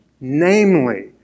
namely